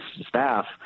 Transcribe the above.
staff